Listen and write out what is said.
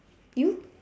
you